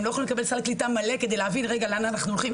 הם לא יכולים לקבל סל קליטה מלא כדי להבין לאן הם הולכים.